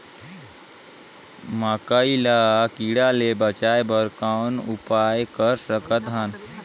मकई ल कीड़ा ले बचाय बर कौन उपाय कर सकत हन?